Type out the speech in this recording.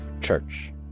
Church